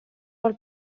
pel